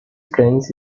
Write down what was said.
cães